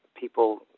people